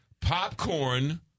Popcorn